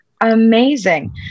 amazing